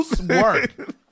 work